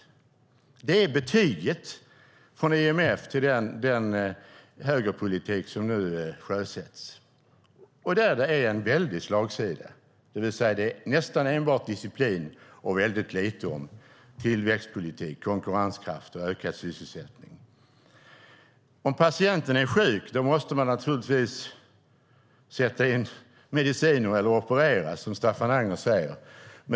Det är IMF:s betyg på den högerpolitik som nu sjösätts och där det är en väldig slagsida. Det är nästan enbart disciplin och ytterst lite om tillväxtpolitik, konkurrenskraft och ökad sysselsättning. Om patienten är sjuk måste man sätta in mediciner eller operera, som Staffan Anger säger.